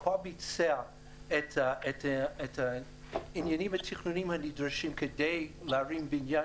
הוא כבר ביצע את העניינים והשכלולים הנדרשים כדי להרים בניין